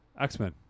X-Men